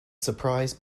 surprised